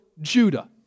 Judah